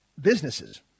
businesses